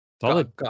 Solid